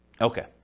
Okay